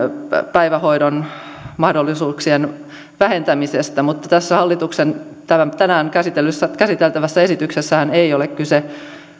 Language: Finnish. päivähoidon mahdollisuuksien vähentämisestä mutta tässä hallituksen tänään käsiteltävässä esityksessähän ei ole kyse